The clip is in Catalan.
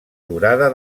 durada